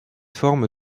forme